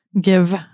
give